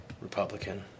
Republican